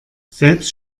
selbst